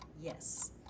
Yes